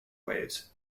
waves